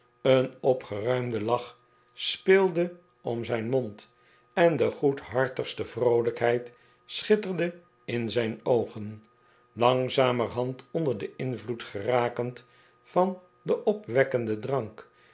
een opgeruimde lach speelde om zijn mond en de goedhartigste vroolijkheid schitterde in zijn oogen langzamerhand onder den invloed gerakend van den opwekkenden drank